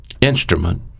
instrument